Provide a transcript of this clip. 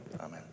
Amen